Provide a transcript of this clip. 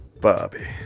Bobby